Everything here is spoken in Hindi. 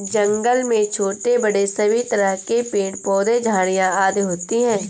जंगल में छोटे बड़े सभी तरह के पेड़ पौधे झाड़ियां आदि होती हैं